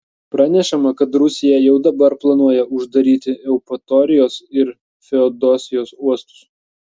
pranešama kad rusija jau dabar planuoja uždaryti eupatorijos ir feodosijos uostus